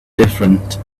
different